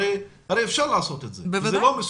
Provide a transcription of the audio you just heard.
הרי אפשר לעשות את זה, זה לא מסובך.